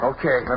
Okay